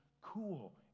cool